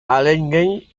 allegheny